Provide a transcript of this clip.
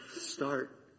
Start